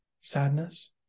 sadness